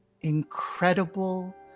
incredible